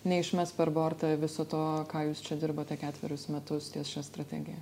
neišmes per bortą viso to ką jūs čia dirbote ketverius metus ties šia strategija